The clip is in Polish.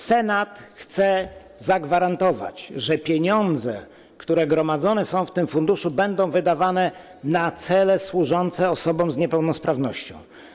Senat chce zagwarantować, że pieniądze, które gromadzone są w tym funduszu, będą wydawane na cele służące osobom z niepełnosprawnością.